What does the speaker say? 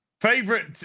Favorite